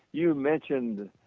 you mentioned